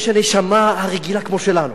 יש הנשמה הרגילה כמו שלנו,